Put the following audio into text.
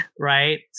right